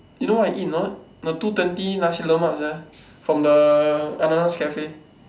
you know what I eat or not the two twenty nasi-lemak sia from the Ananas cafe